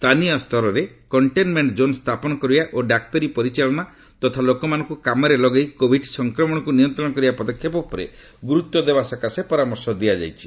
ସ୍ଥାନୀୟ ସ୍ତରରେ containment zone ସ୍ଥାପନ କରିବା ଓ ଡାକ୍ତରୀ ପରିଚାଳନା ତଥା ଲୋକମାନଙ୍କୁ କାମରେ ଲଗାଇ କୋଭିଡ୍ ସଂକ୍ରମଣକୁ ନିୟନ୍ତ୍ରଣ କରିବା ପଦକ୍ଷେପ ଉପରେ ଗୁରୁତ୍ୱ ଦେବା ସକାଶେ ପରାମର୍ଶ ଦିଆଯାଇଛି